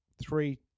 three